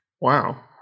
wow